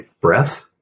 breath